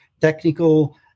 technical